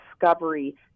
discovery